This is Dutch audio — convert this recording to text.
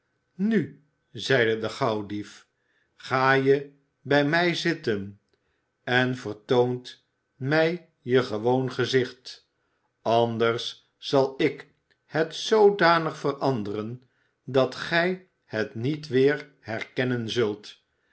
nu zeide de gauwdief ga je bij mij zitten en vertoont mij je gewoon gezicht anders j zal ik het zoodanig veranderen dat gij het niet weer herkennen zult